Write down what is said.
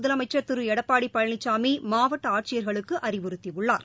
முதலமைச்சர் திரு எடப்பாடி பழனிசாமி மாவட்ட ஆட்சியர்களுக்கு அறிவுறுத்தியுள்ளார்